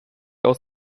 aus